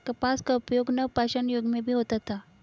कपास का उपयोग नवपाषाण युग में भी होता था